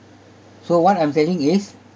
so what I'm saying is